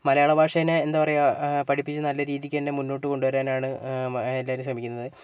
മലയാള ഭാഷേനെ എന്താണ് പറയുക പഠിപ്പിച്ച് നല്ല രീതിക്ക് തന്നെ മുൻപോട്ട് കൊണ്ടുവരാനാണ് എല്ലാവരും ശ്രമിക്കുന്നത്